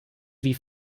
wie